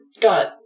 got